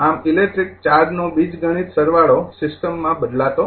આમ ઇલેક્ટ્રિક ચાર્જનો બીજગણિત સરવાળો સિસ્ટમમાં બદલાતો નથી